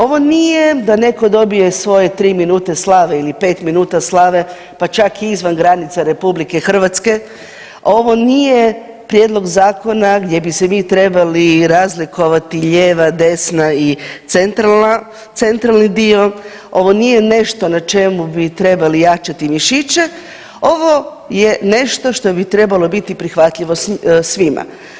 Ovo nije da netko dobije svoje 3 minuta slave ili 5 minuta slave, pa čak i izvan granica RH, ovo nije prijedlog zakona gdje bi se mi trebali razlikovati lijeva, desna i centralna, centralni dio, ovo nije nešto na čemu bi trebali jačati mišiće, ovo je nešto što bi trebalo biti prihvatljivo svima.